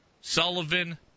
Sullivan